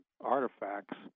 artifacts